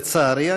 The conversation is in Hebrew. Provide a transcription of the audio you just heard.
לצערי,